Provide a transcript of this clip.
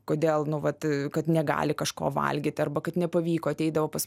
kodėl nu vat kad negali kažko valgyti arba kad nepavyko ateidavo pas